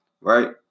right